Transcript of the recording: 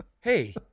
hey